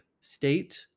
state